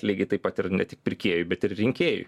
lygiai taip pat ir ne tik pirkėjui bet ir rinkėjui